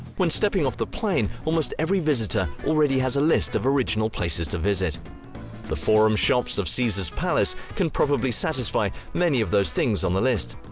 when stepping off the plane, almost every visitor already has a list of original places to visit the forum shops of caesars palace can probably satisfy many of those things on the list!